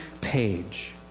page